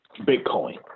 Bitcoin